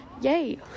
yay